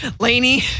Laney